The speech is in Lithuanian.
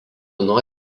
nuo